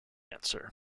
answer